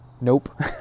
nope